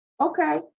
Okay